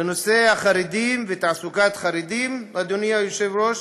בנושא החרדים ותעסוקת חרדים, אדוני היושב-ראש,